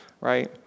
right